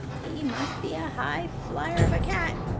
he must be a high-flyer of a cat,